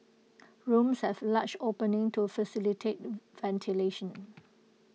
rooms had large openings to facilitate ventilation